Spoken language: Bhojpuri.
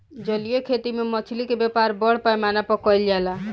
जलीय खेती में मछली के व्यापार बड़ पैमाना पर कईल जाला